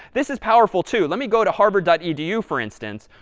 this is powerful, too. let me go to harvard but edu, for instance,